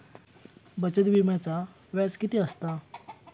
बचत विम्याचा व्याज किती असता?